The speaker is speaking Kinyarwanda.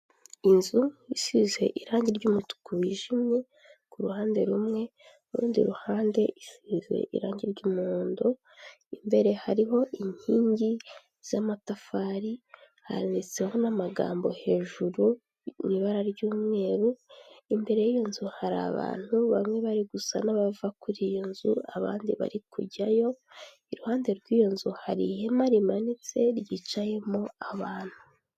Inzu isize irangi ry'umutuku wijimye ku ruhande rumwe, urundi ruhande isize irangi ry'umuhondo, imbere hariho inkingi z'amatafari, handitseho n'amagambo hejuru mu ibara ry'umweru, imbere y'iyo nzu hari abantu bamwe bari gusa n'abava kuri iyo nzu abandi bari kujyayo, iruhande rw'iyo nzu hari ihema rimanitse ryicayemo abantu.